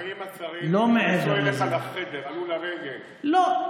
האם השרים באו אליך לחדר, עלו לרגל, לא.